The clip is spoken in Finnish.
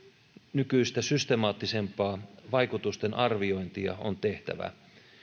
nykyistä systemaattisempaa vaikutusten arviointia on tehtävä